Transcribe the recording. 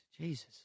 Jesus